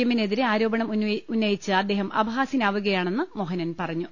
എമ്മിനെതിരെ ആരോപണം ഉന്നയിച്ച് അദ്ദേഹം അപഹാസ്യനാവുകയാണെന്ന് മോഹനൻ പറഞ്ഞു